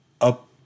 up